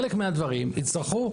חלק מהדברים יצטרכו,